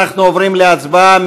אנחנו עוברים להצבעה.